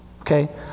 okay